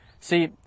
See